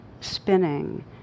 spinning